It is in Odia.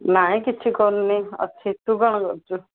ନାଇ କିଛି କରୁନି ଅଛି ତୁ କ'ଣ କରୁଛୁ